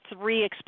three